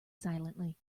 silently